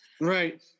Right